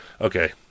okay